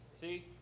See